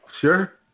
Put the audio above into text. Sure